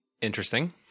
Interesting